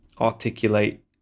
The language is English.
articulate